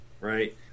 right